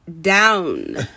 down